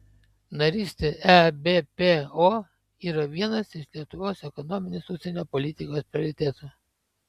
narystė ebpo yra vienas iš lietuvos ekonominės užsienio politikos prioritetų